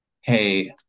hey